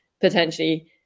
potentially